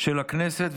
של הכנסת,